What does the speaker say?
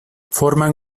forman